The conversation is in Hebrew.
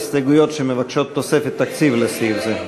ההסתייגויות שמבקשות תוספת תקציב לסעיף זה.